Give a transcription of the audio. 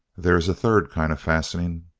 there is a third kind of fastening.